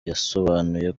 yasobanuye